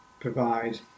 provide